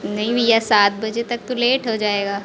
नहीं भैया सात बजे तक तो लेट हो जाएगा